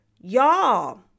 Y'all